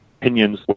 opinions